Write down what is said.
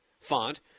font